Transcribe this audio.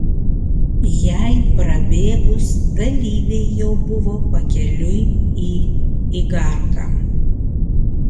jai prabėgus dalyviai jau buvo pakeliui į igarką